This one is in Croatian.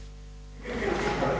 Hvala